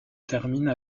termine